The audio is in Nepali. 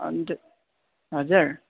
अन्त हजुर